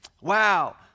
Wow